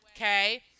Okay